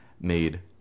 made